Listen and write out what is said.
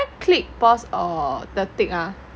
click pause of the tick ah